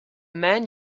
man